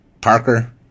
Parker